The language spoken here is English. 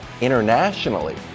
internationally